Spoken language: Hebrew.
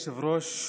אדוני היושב-ראש,